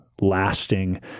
lasting